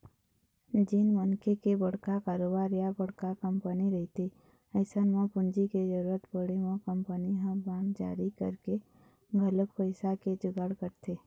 जेन मनखे के बड़का कारोबार या बड़का कंपनी रहिथे अइसन म पूंजी के जरुरत पड़े म कंपनी ह बांड जारी करके घलोक पइसा के जुगाड़ करथे